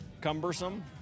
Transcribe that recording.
Cumbersome